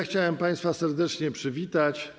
Chciałem państwa serdecznie przywitać.